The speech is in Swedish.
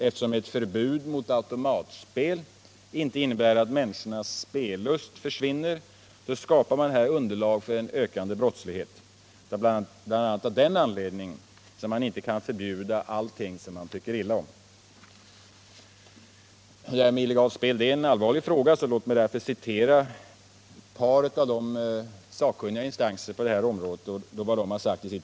Eftersom ett förbud mot automatspel inte innebär att människornas spellust försvinner skapar man här underlag för en ökande brottslighet. Bl. a. av den anledningen kan man inte förbjuda allt som man tycker illa om. Illegalt spel är en allvarlig fråga. Låt mig därför citera ett par av de sakkunniga remissinstanserna på det här området.